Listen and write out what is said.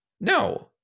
No